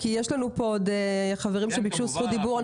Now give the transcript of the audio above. יש לנו פה עוד חברים שביקשו זכות דיבור,